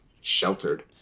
sheltered